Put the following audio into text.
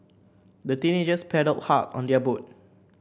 the teenagers paddled hard on their boat